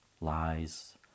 lies